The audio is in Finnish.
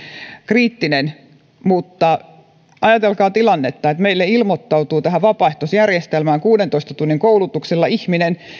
kriittinen mutta ajatelkaa tilannetta että meille ilmoittautuu tähän vapaaehtoisjärjestelmään kuudentoista tunnin koulutuksella ihminen